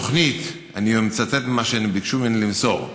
התוכנית, אני מצטט ממה שביקשו ממני למסור,